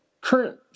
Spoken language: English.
current